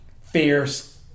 fierce